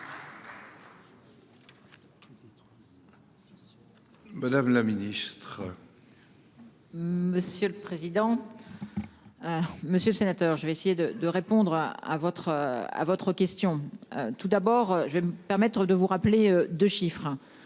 Madame la Ministre.-- Monsieur le président. Monsieur le sénateur, je vais essayer de, de répondre à votre, à votre question. Tout d'abord je vais. Permettre de vous rappeler 2 chiffres